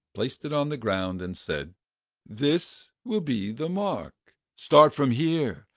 placed it on the ground and said this will be the mark. start from here,